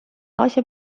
aasia